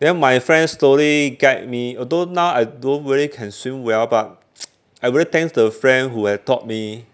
then my friend slowly guide me although now I don't really can swim well but I really thanks the friend who had taught me